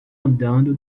andando